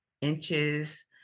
inches